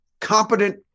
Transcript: competent